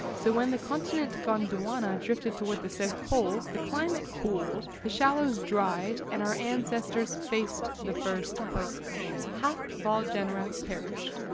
so when the continent gondwana drifted toward the south pole, the climate cooled, the shallows dried, and our ancestors faced the first purge. half of all genera perished.